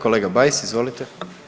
Kolega Bajs, izvolite.